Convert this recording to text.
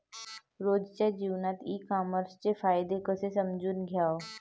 रोजच्या जीवनात ई कामर्सचे फायदे कसे समजून घ्याव?